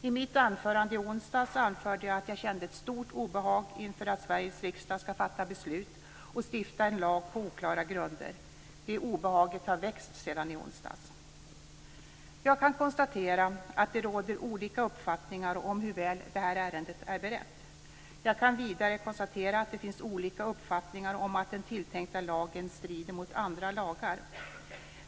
I mitt anförande i onsdags anförde jag att jag kände ett stort obehag inför att Sveriges riksdag ska fatta beslut och stifta en lag på oklara grunder. Det obehaget har växt sedan i onsdags. Jag kan konstatera att det råder olika uppfattningar om hur väl detta ärende är berett. Jag kan vidare konstatera att det finns olika uppfattningar om att den tilltänkta lagen strider mot andra lagar.